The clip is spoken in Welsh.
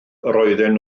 roedden